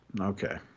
Okay